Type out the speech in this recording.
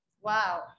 Wow